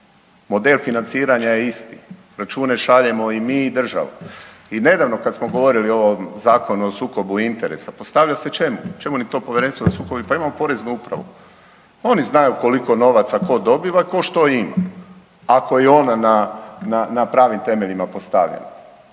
model financiranja je isti, račune šaljemo i mi i država. I nedavno kad smo govorili o ovom Zakonu o sukobu interesa postavlja se čemu? Čemu to Povjerenstvo za sukob interesa? Pa imamo Poreznu upravu. Oni znaju koliko novaca tko dobiva i tko što ima. Ako je ona na pravim temeljima postavljena.